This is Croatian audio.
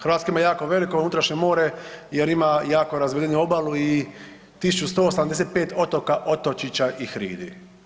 Hrvatska ima jako veliko unutrašnje more jer ima jako razvedenu obalu i 1185 otoka, otočića i hridi.